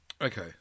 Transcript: Okay